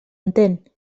entén